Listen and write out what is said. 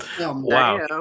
Wow